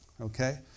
okay